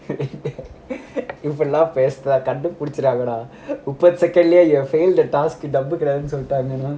இதுலாம் பேசுனா கண்டுபுடிச்சிருவாங்க டா முப்பது:idhulam pesuna kandu pudichiruvaanga da muppathu second you failed the task சொல்லிட்டாங்கன்னா:sollitanganna